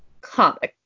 Comics